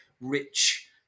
rich